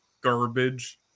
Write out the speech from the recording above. garbage